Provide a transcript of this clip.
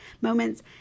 moments